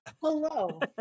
Hello